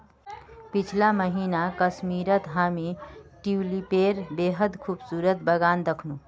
पीछला महीना कश्मीरत हामी ट्यूलिपेर बेहद खूबसूरत बगान दखनू